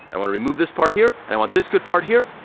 i wanna remove this part here, and i want this good part here,